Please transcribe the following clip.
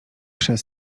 przez